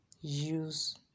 Use